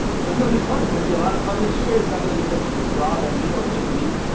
so it's gonna be fun. it's gonna be a lot of fun this year. it's not gonna be just robin me or just me.